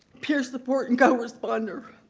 peer support and co-responder.